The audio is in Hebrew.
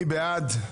מי בעד?